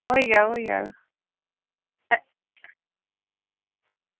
होई जाह्ग होई जाह्ग